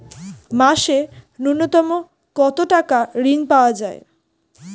মাসে নূন্যতম কত টাকা ঋণ পাওয়া য়ায়?